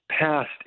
passed